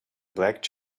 black